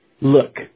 look